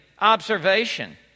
observation